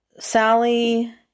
Sally